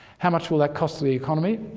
how much will that cost the economy?